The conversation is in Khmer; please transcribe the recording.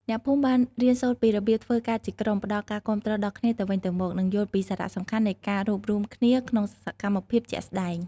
អ្នកភូមិបានរៀនសូត្រពីរបៀបធ្វើការជាក្រុម ផ្តល់ការគាំទ្រដល់គ្នាទៅវិញទៅមក និងយល់ពីសារៈសំខាន់នៃការរួបរួមគ្នាក្នុងសកម្មភាពជាក់ស្តែង។